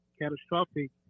catastrophic